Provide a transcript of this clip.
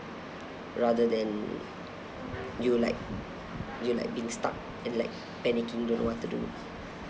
rather than you like you like being stuck and like panicking don't know what to do